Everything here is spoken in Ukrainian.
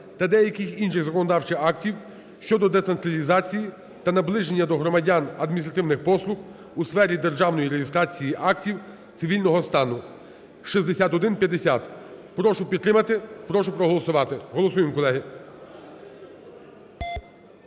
та деяких інших законодавчих актів щодо децентралізації та наближення до громадян адміністративних послуг у сфері державної реєстрації актів цивільного стану (6150). Прошу підтримати. Прошу проголосувати. Голосуємо, колеги.